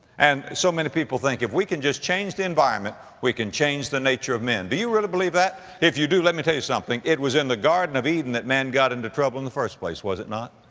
and so many people think, if we could just change the environment, we can change the nature of men. do you really believe that? if you do, let me tell you something, it was in the garden of eden that man got into trouble in the first place, was it not?